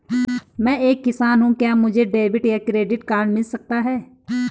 मैं एक किसान हूँ क्या मुझे डेबिट या क्रेडिट कार्ड मिल सकता है?